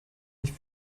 nicht